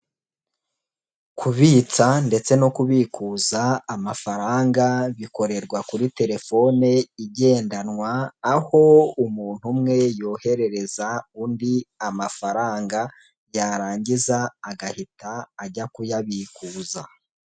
Kubitsa ndetse no kubikuza amafaranga bikorerwa kuri telefone igendanwa, aho umuntu umwe yoherereza undi amafaranga, yarangiza agahita ajya kuyabikuza.